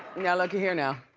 now, look-y here, now.